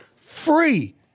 free